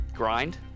Grind